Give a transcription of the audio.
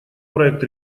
проект